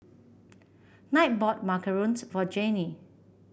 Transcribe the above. Kinte bought macarons for Janae